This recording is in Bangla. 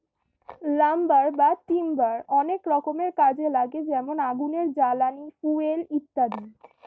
লাম্বার বা টিম্বার অনেক রকমের কাজে লাগে যেমন আগুনের জ্বালানি, ফুয়েল ইত্যাদি